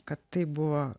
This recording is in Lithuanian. kad tai buvo